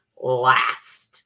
last